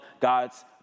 God's